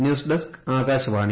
news desk Akashvani